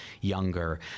younger